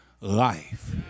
life